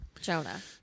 jonah